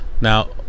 now